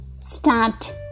start